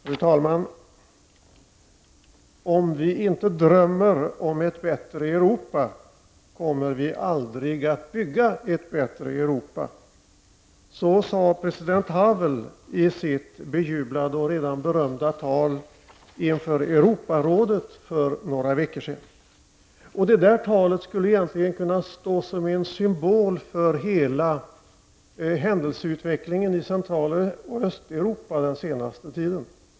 Fru talman! Om vi inte drömmer om ett bättre Europa, kommer vi aldrig att bygga ett bättre Europa. Så sade president Havel i sitt bejublade och redan berömda tal inför Europarådet för några veckor sedan. Det talet skulle egentligen kunna stå som en symbol för hela händelseutvecklingen i Centraloch Östeuropa den senaste tiden.